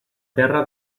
terra